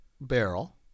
barrel